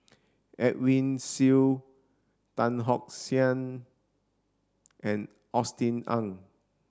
Edwin Siew Tan Tock San and Austen Ong